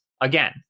Again